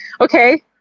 okay